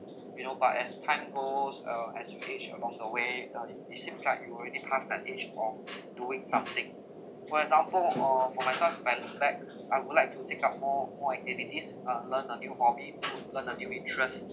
you know but as time goes uh as you aged along the way uh it it seems like you already passed that age of doing something for example uh for myself went back I would like to take up more more activities uh learn a new hobby input learn a new interest